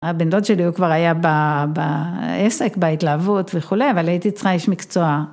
הבן דוד שלי הוא כבר היה בעסק, בהתלהבות וכולי, אבל הייתי צריכה איש מקצוע.